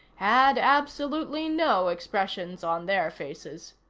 had absolutely no expressions on their faces.